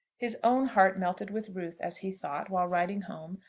his own heart melted with ruth as he thought, while riding home,